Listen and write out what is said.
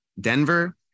Denver